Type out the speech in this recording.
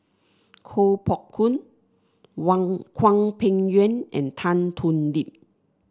Koh Poh Koon Wang Hwang Peng Yuan and Tan Thoon Lip